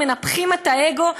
מנפחים את האגו,